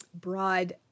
broad